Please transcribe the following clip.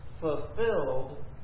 fulfilled